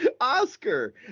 Oscar